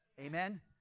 Amen